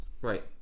Right